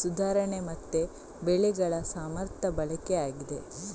ಸುಧಾರಣೆ ಮತ್ತೆ ಬೆಳೆಗಳ ಸಮರ್ಥ ಬಳಕೆಯಾಗಿದೆ